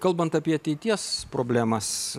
kalbant apie ateities problemas